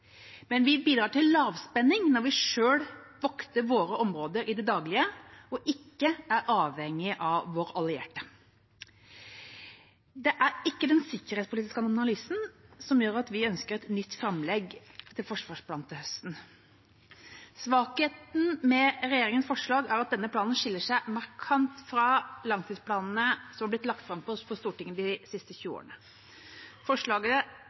men vi bidrar til lavspenning når vi selv vokter våre områder i det daglige og ikke er avhengige av våre allierte. Det er ikke den sikkerhetspolitiske analysen som gjør at vi ønsker et nytt framlegg til forsvarsplan til høsten. Svakheten med regjeringas forslag er at denne planen skiller seg markant fra langtidsplanene som har blitt lagt fram for Stortinget de siste 20 årene. Forslaget